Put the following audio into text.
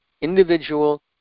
individual